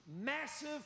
Massive